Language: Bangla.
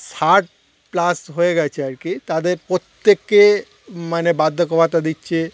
ষাট প্লাস হয়ে গেছে আর কি তাদের প্রত্যেককে মানে বার্ধক্য ভাতা দিচ্ছে